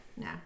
No